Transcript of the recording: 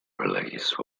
release